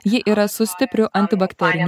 ji yra su stipriu antibakteriniu